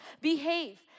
behave